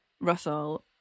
Russell